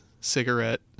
cigarette